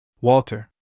Walter